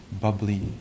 bubbly